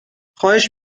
خواهش